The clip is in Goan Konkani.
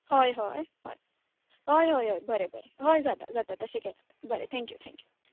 होय होय होय होय होय होय बरें बरें होय जाता जाता तशें केल्यार बरें थँक्यू थँक्यू